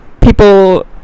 people